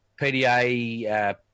PDA